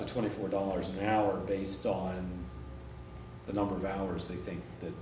to twenty four dollars an hour based on the number of hours they think